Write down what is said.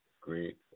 great